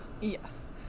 Yes